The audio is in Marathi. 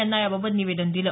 यांना याबाबत निवेदन दिलं